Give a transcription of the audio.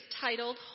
titled